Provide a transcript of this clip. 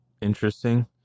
interesting